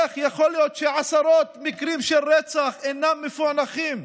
איך יכול להיות שעשרות מקרים של רצח אינם מפוענחים?